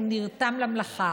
הוא נרתם למלאכה.